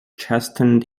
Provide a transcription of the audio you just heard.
chastened